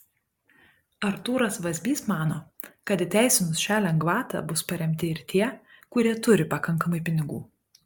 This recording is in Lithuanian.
artūras vazbys mano kad įteisinus šią lengvatą bus paremti ir tie kurie turi pakankamai pinigų